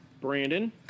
Brandon